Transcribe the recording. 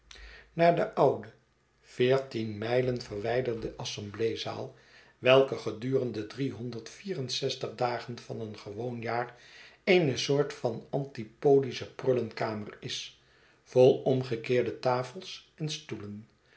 naar de oude veertien mijlen verwijderde assemblee zaal welke gedurende driehonderd vier en zestig dagen van een gewoon jaar eene soort van antipodische prullenkamer is vol omgekeerde tafels en stoelen